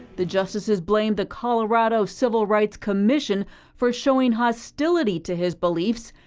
the justices blamed the colorado civil rights commission for showing hostility to his beliefs.